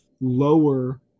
lower